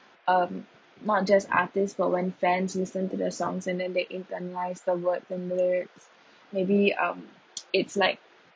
um not just artists but when fans listen to the songs and then they internalise the word the lyrics maybe um it's like